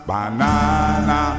Banana